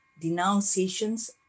Denunciations